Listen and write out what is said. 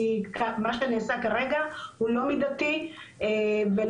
כי מה שנעשה כרגע הוא לא מידתי ולא